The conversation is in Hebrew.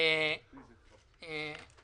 אי-אפשר לדעת.